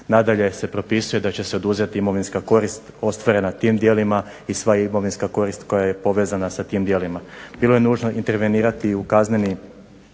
Nadalje se propisuje da će se oduzeti imovinska korist ostvarena tim djelima i sva imovinska korist koja je povezana sa tim djelima. Bilo je nužno intervenirati i u Kazneni